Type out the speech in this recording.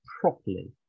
properly